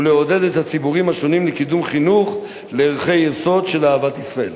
ולעודד את הציבורים השונים לקידום חינוך לערכי יסוד של אהבת ישראל.